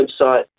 website